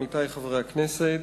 עמיתי חברי הכנסת,